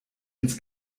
ins